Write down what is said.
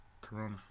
Corona